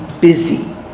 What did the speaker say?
busy